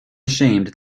ashamed